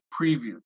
preview